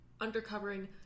undercovering